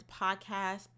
Podcast